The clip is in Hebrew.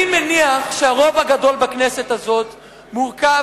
אני מניח שהרוב הגדול בכנסת הזאת מורכב